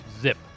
zip